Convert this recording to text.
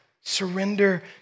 Surrender